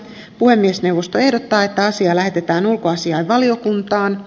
puhemiesneuvosto ehdottaa että asia lähetetään ulkoasiainvaliokunta